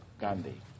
Gandhi